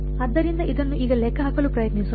ಆದ್ದರಿಂದ ಇದನ್ನು ಈಗ ಲೆಕ್ಕಹಾಕಲು ಪ್ರಯತ್ನಿಸೋಣ